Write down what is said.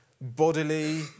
bodily